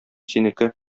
синеке